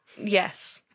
Yes